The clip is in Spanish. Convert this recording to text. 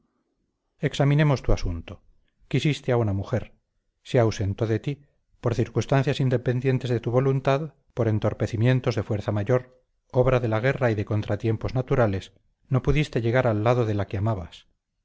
examinemos tu asunto quisiste a una mujer se ausentó de ti por circunstancias independientes de tu voluntad por entorpecimientos de fuerza mayor obra de la guerra y de contratiempos naturales no pudiste llegar al lado de la que amabas